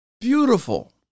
beautiful